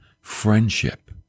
friendship